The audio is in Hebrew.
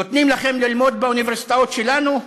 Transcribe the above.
נותנים לכם ללמוד באוניברסיטאות שלנו?